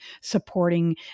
supporting